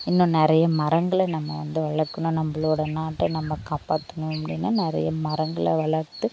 இன்னும் நிறைய மரங்களை நம்ம வந்து வளர்க்கணும் நம்மளோட நாட்டை நம்ம காப்பாற்றணும் அப்ப ன்னா நிறைய மரங்களை வளர்த்து